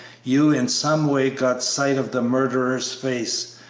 you in some way got sight of the murderer's face,